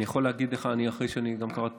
אני יכול להגיד לך שאחרי שאני קראתי